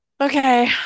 Okay